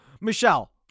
Michelle